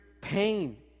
pain